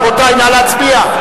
רבותי, נא להצביע.